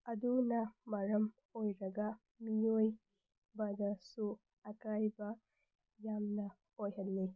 ꯑꯗꯨꯅ ꯃꯔꯝ ꯑꯣꯏꯔꯒ ꯃꯤꯑꯣꯏꯕꯗꯁꯨ ꯑꯀꯥꯏꯕ ꯌꯥꯝꯅ ꯑꯣꯏꯍꯜꯂꯤ